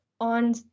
on